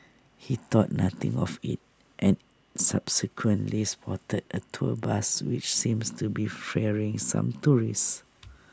he thought nothing of IT and subsequently spotted A tour bus which seems to be ferrying some tourists